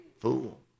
fool